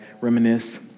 reminisce